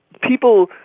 people